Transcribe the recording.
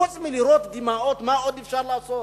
חוץ מלראות דמעות, מה עוד אפשר לעשות?